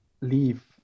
leave